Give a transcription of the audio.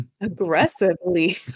Aggressively